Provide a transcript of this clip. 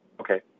Okay